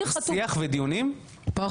שיח ודיונים, כמה זמן?